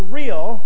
real